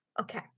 Okay